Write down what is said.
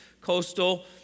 Coastal